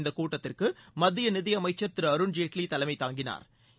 இந்தக் கூட்டத்திற்கு மத்திய நிதி அமைச்சா் திரு அருண் ஜேட்லி தலைமை தாங்கினா்